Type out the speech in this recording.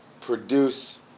produce